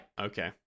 okay